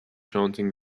chanting